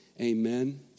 Amen